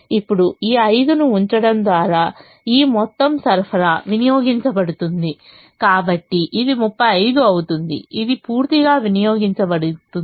ఇప్పుడు ఈ 5 ను ఉంచడం ద్వారా ఈ మొత్తం సరఫరా వినియోగించబడుతుంది కాబట్టి ఇది 35 అవుతుంది ఇది పూర్తిగా వినియోగించబడుతుంది